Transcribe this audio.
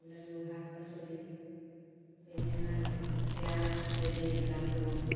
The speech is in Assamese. এইবিলাক ৰুওঁ শাক পাচলি বেঙেনা জলকীয়া ইত্যাদি এইবিলাক ৰুওঁ